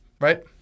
Right